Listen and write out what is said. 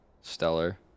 Stellar